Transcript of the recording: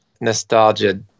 nostalgia